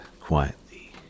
quietly